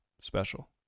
special